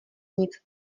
nic